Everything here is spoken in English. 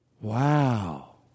Wow